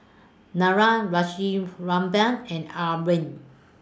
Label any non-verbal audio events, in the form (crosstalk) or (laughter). Niraj Rajaratnam and (unintelligible)